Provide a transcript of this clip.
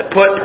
Put